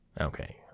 Okay